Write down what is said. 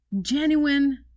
genuine